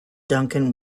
duncan